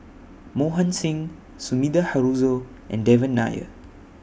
Mohan Singh Sumida Haruzo and Devan Nair